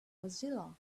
mozilla